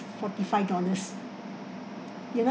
forty five dollars you know